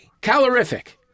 calorific